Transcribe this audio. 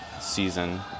season